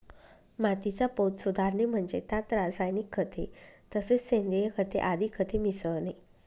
मातीचा पोत सुधारणे म्हणजे त्यात रासायनिक खते तसेच सेंद्रिय खते आदी खते मिसळणे